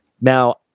Now